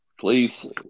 please